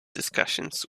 discussions